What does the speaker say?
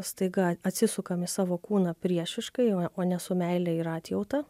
staiga atsisukam į savo kūną priešiškai o ne su meile ir atjauta